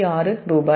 126 ரூபாய்